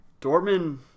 Dortmund